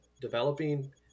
developing